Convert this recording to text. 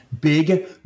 Big